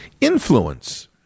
influence